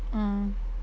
uh